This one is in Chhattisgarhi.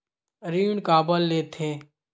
ऋण काबर लेथे?